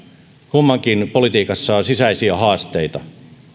kummankin politiikassa on sisäisiä haasteita tätä